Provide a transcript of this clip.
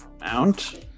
mount